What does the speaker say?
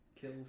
kill